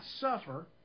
suffer